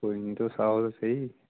कोई नि तुस आओ ते सेही